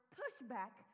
pushback